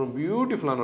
beautiful